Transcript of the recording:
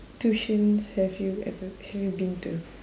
tuitions have you ever have you been to